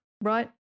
right